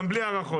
גם בלי הארכות.